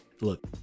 Look